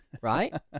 Right